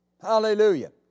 Hallelujah